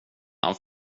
han